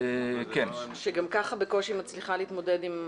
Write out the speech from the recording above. שגם כך בקושי מצליחה להתמודד.